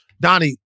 Donnie